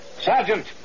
Sergeant